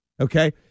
Okay